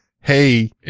Hey